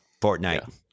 Fortnite